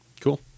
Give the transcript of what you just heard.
Cool